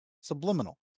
Subliminal